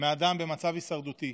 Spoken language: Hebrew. מאדם במצב הישרדותי,